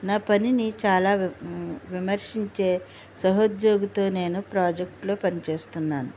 నా పని నీ చాలా వి విమర్శించే సహోద్యోగితో నేను ప్రాజెక్టులో పని చేస్తున్నాను